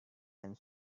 and